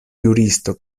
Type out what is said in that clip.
juristo